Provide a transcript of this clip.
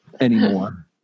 anymore